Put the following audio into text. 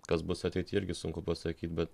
kas bus ateity irgi sunku pasakyt bet